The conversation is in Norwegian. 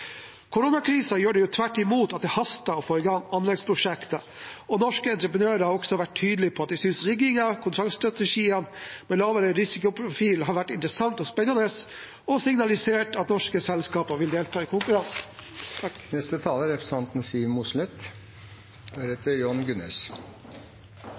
gjør tvert imot at det haster å få i gang anleggsprosjekter. Norske entreprenører har også vært tydelig på at de synes rigging, kontraktstrategier og lavere risikoprofil har vært interessant og spennende, og de har signalisert at norske selskap vil delta i